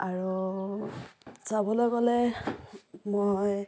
আৰু চাবলৈ গ'লে মই